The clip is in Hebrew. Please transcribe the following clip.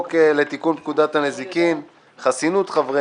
חסינות חברי